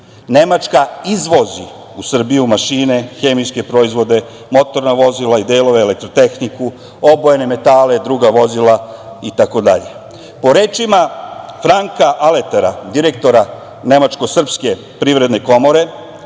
Nemačka izvozi u Srbiju mašine, hemijske proizvode, motorna vozila i delove, elektrotehniku, obojene metale, druga vozila, itd. Po rečima Franka Aletera, direktora nemačko-srpske privredne komore,